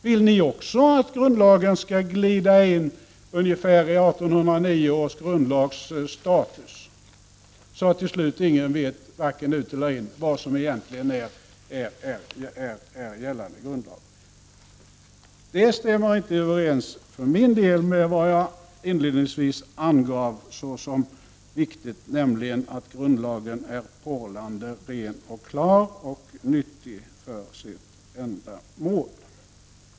Vill ni också att grundlagen skall glida in i ungefär 1809 års grundlagsstatus, så att till slut ingen vet vare sig ut eller in eller vad som egentligen är gällande 105 grundlag? För min del stämmer det inte överens med det som jag inledningsvis angav såsom viktigt, nämligen att grundlagen är porlande ren och klar och nyttig för sitt ändamål.